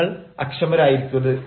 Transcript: നിങ്ങൾ അക്ഷമരായിരിക്കരുത്